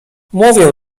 mówię